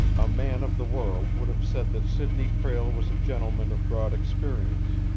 a man of the world would have said that sidney prale was a gentleman of broad experience,